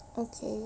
okay